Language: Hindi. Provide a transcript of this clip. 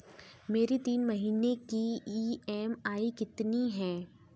मेरी तीन महीने की ईएमआई कितनी है?